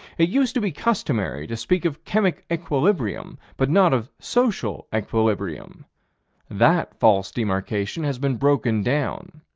it used to be customary to speak of chemic equilibrium, but not of social equilibrium that false demarcation has been broken down.